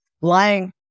lying